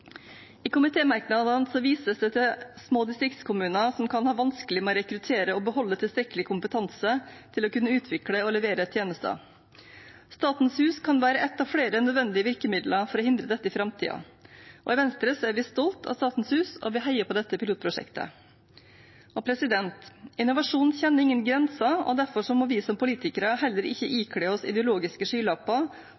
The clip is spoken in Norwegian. vises det til små distriktskommuner som kan ha vanskelig for å rekruttere og beholde tilstrekkelig kompetanse til å kunne utvikle og levere tjenester. Statens hus kan være ett av flere nødvendige virkemidler for å hindre dette i framtiden. I Venstre er vi stolte av Statens hus, og vi heier på dette pilotprosjektet. Innovasjon kjenner ingen grenser, derfor må vi som politikere heller ikke